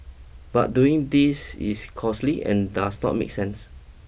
but doing this is costly and does not make sense